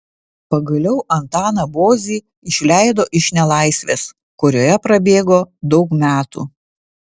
pagaliau antaną bozį išleido iš nelaisvės kurioje prabėgo daug metų